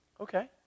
Okay